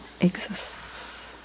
exists